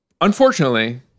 unfortunately